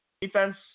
Defense